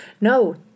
No